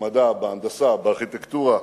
במדע, בהנדסה, בארכיטקטורה,